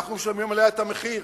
אנחנו משלמים עליה את המחיר.